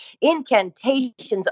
incantations